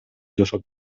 жашап